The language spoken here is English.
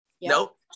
Nope